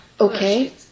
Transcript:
Okay